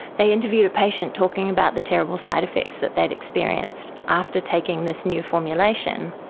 they interviewed a patient talking about the terrible side-effects that they had experienced after taking this new formulation.